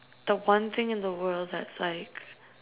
the one thing in the world that's like